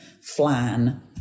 flan